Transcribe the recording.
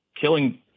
killing